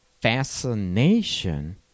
fascination